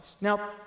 Now